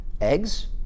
eggs